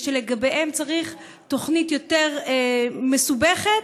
ושלגביהם צריך תוכנית יותר מסובכת,